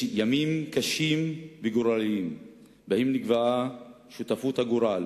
ימים קשים וגורליים שבהם נקבעה שותפות הגורל